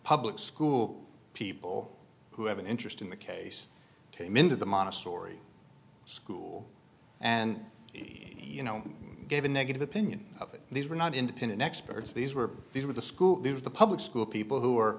public school people who have an interest in the case came into the modest ory school and you know gave a negative opinion of it these were not independent experts these were these were the school this is the public school people who are